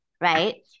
right